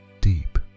deep